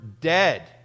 dead